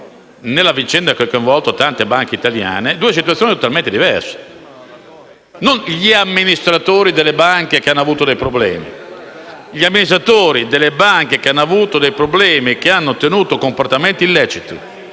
nella vicenda che ha coinvolto tante banche italiane, due situazioni totalmente diverse. Da una parte ci sono gli amministratori delle banche che hanno avuto dei problemi, dall'altra gli amministratori delle banche che non solo hanno avuto problemi, ma che hanno tenuto comportamenti illeciti